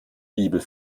bibel